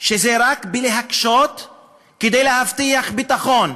שזה רק להקשות כדי להבטיח ביטחון,